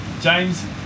James